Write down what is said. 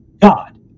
God